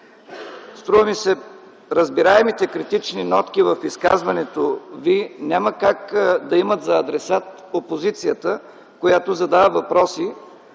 Струва ми се - разбираемите критични нотки в изказването Ви няма как да имат за адресат опозицията, която задава въпроси.